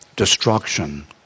Destruction